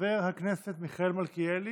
חבר הכנסת מיכאל מלכיאלי,